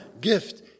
gift